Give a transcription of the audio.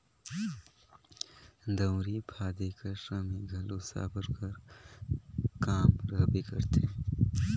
दउंरी फादे कर समे घलो साबर कर काम रहबे करथे